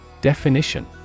Definition